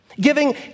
giving